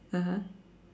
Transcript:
(uh huh)